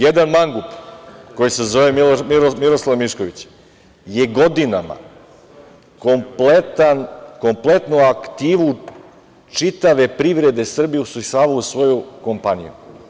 Jedan mangup koji se zove Miroslav Mišković je godinama kompletnu aktivu čitave privrede Srbije usisavao u svoju kompaniju.